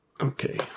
Okay